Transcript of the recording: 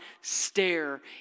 stare